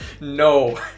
no